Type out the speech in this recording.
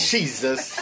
Jesus